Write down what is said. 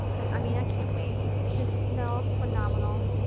and i mean, i can't wait, it just smells phenomenal.